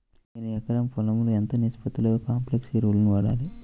నేను ఎకరం పొలంలో ఎంత నిష్పత్తిలో కాంప్లెక్స్ ఎరువులను వాడాలి?